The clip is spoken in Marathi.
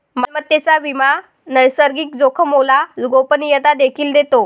मालमत्तेचा विमा नैसर्गिक जोखामोला गोपनीयता देखील देतो